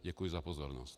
Děkuji za pozornost.